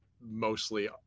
mostly